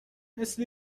مثل